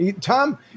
Tom